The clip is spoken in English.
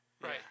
Right